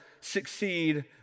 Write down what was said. succeed